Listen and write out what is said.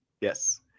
yes